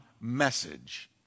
message